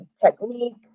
technique